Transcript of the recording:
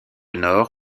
nord